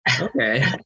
Okay